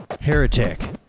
Heretic